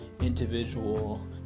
individual